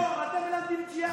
הדם שלהם זאת הפרנסה שלך.